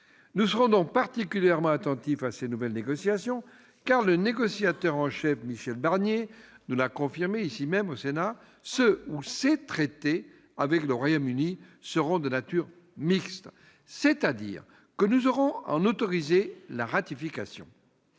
Nous serons donc particulièrement attentifs à ces nouvelles négociations, car- le négociateur en chef Michel Barnier nous l'a confirmé ici même, au Sénat -ce ou ces traités avec le Royaume-Uni seront de nature mixte, c'est-à-dire que nous aurons à en autoriser la ratification.